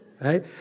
Right